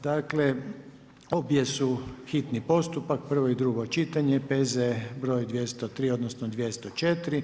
Dakle, obje su hitni postupak, prvo i drugo čitanje P.Z. br. 203., odnosno 204.